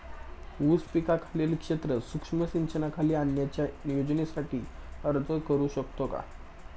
ऊस पिकाखालील क्षेत्र सूक्ष्म सिंचनाखाली आणण्याच्या योजनेसाठी अर्ज करू शकतो का?